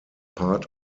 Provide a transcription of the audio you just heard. part